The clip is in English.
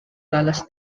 dallas